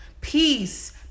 peace